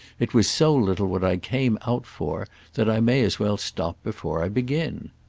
it was so little what i came out for that i may as well stop before i begin.